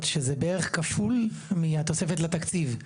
שזה בערך כפול מהתוספת לתקציב.